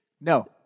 no